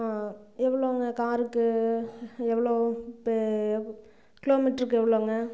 எவ்வளோங்க காருக்கு எவ்வளோ பெ கிலோமீட்டருக்கு எவ்வளோங்க